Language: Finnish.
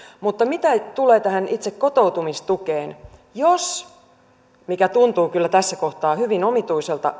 mutta mitä tulee tähän itse kotoutumistukeen jos se menee läpi mikä tuntuu kyllä tässä kohtaa hyvin omituiselta